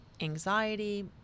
anxiety